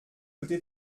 côté